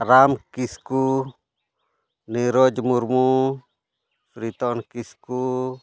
Ram Kisku Niroj Murmu Riton Kisku